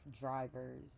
drivers